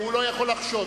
הוא לא יכול לחשוד,